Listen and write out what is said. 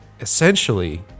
essentially